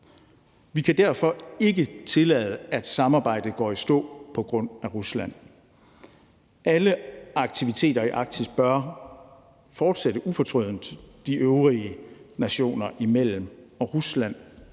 Vi kan derfor ikke tillade, at samarbejdet går i stå på grund af Rusland. Alle aktiviteter i Arktis bør fortsætte ufortrødent de øvrige nationer imellem, og Rusland